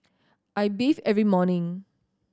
I bathe every morning